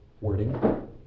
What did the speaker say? wording